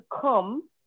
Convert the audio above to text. come